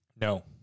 No